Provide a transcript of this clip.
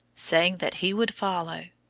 saying that he would follow.